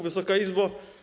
Wysoka Izbo!